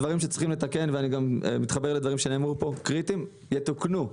אני גם מתחבר לדברים שנאמרו פה לגבי הדברים שצריכים לתקן יתוקנו,